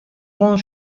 von